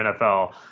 NFL